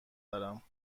دارم